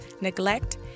neglect